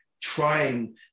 trying